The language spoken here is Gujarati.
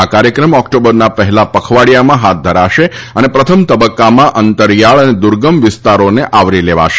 આ કાર્યક્રમ ઓક્ટોબરના પહેલા પખવાડિયામાં હાથ ધરાશે અને પ્રથમ તબક્કામાં અંતરીયાળ તથા દુર્ગમ વિસ્તારોને આવરી લેવાશે